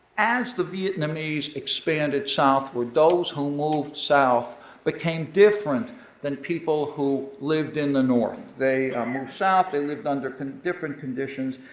as the vietnamese expanded south, those who moved south became different than people who lived in the north. they moved south, they lived under kind of different conditions,